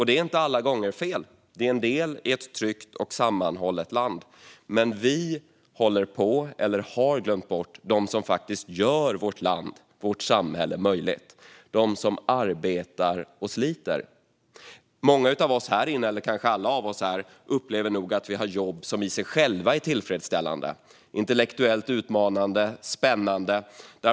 Det är inte alla gånger fel. Det är en del i ett tryggt och sammanhållet land. Men vi har glömt bort dem som faktiskt gör vårt land, vårt samhälle, möjligt, de som arbetar och sliter. Många av oss, eller kanske alla, här inne upplever nog att vi har jobb som i sig själva är tillfredsställande, intellektuellt utmanande och spännande.